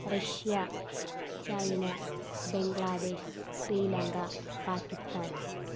Russia China Bangladesh Sri Lanka Pakistan